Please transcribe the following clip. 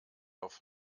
auf